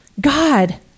God